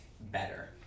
better